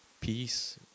peace